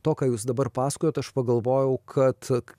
to ką jūs dabar pasakojat aš pagalvojau kad